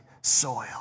soil